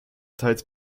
teils